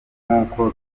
nk’uko